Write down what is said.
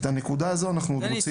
את הנקודה הזו אנחנו עדיין רוצים לחדד.